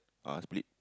ah split